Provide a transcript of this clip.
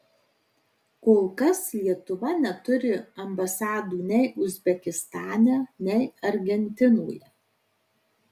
kol kas lietuva neturi ambasadų nei uzbekistane nei argentinoje